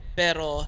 pero